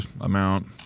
amount